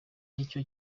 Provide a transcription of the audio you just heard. ngicyo